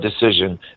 decision